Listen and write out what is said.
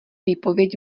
výpověď